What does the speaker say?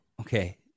Okay